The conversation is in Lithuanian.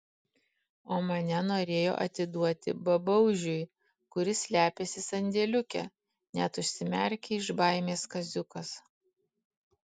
o mane norėjo atiduoti babaužiui kuris slepiasi sandėliuke net užsimerkė iš baimės kaziukas